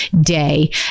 day